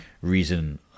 reason